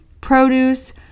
produce